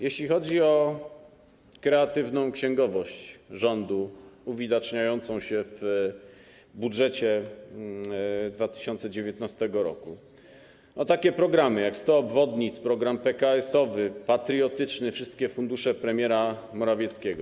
Jeśli chodzi o kreatywną księgowość rządu uwidaczniającą się w budżecie 2019 r., to są takie programy jak 100 obwodnic, program PKS-owy, patriotyczny, wszystkie fundusze premiera Morawieckiego.